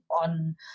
on